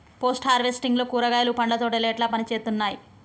Post harvesting లో కూరగాయలు పండ్ల తోటలు ఎట్లా పనిచేత్తనయ్?